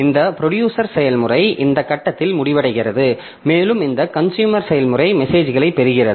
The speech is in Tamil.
இந்த ப்ரொடியூசர் செயல்முறை இந்த கட்டத்தில் முடிவடைகிறது மேலும் இந்த கன்சுயூமர் செயல்முறை மெசேஜ்களைப் பெறுகிறது